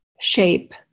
shape